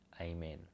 amen